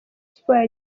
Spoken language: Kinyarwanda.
sports